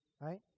right